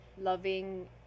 loving